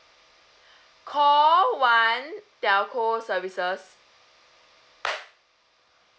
call one telco services